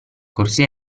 corsia